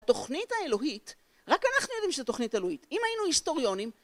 התוכנית האלוהית, רק אנחנו יודעים שזו תוכנית אלוהית. אם היינו היסטוריונים...